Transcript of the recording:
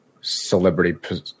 celebrity